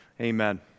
Amen